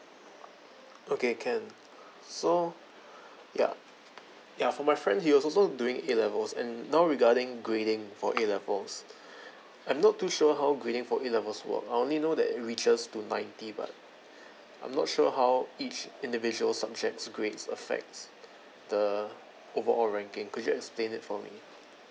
okay can so yup ya for my friend he also also doing A levels and now regarding grading for A levels I'm not too sure how grading for A levels works I only know that it reaches to ninety but I'm not sure how each individual subjects grades affects the overall ranking could you explain it for me